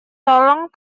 tolong